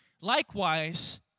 Likewise